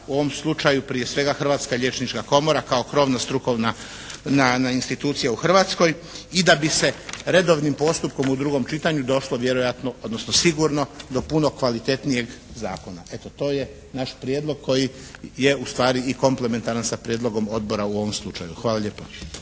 u ovom slučaju prije svega Hrvatska liječnička komora kao krovno strukovna institucija u Hrvatskoj i da bis e redovnim postupkom u drugom čitanju došlo vjerojatno, odnosno sigurno do puno kvalitetnijeg zakona. Eto to je naš prijedlog koji je ustvari i komplementaran sa prijedlogom odbora u ovom slučaju. Hvala lijepa.